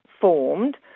formed